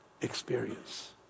experience